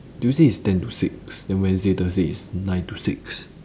tuesday is ten to six then wednesday thursday is nine to six